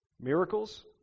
miracles